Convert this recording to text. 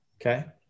okay